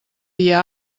dia